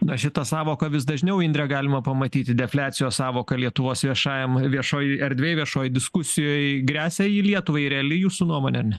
na šitą sąvoką vis dažniau indre galima pamatyti defliacijos sąvoka lietuvos viešajam viešojoj erdvėj viešoj diskusijoje gresia ji lietuvai reali jūsų nuomone ar ne